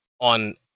on